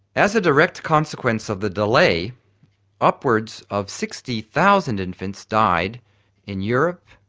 as a direct consequence of the delay upwards of sixty thousand infants died in europe,